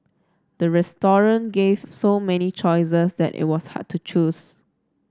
the gave so many choices that it was hard to choose